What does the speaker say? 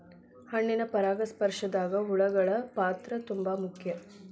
ಹಣ್ಣಿನ ಪರಾಗಸ್ಪರ್ಶದಾಗ ಹುಳಗಳ ಪಾತ್ರ ತುಂಬಾ ಮುಖ್ಯ